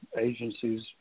agencies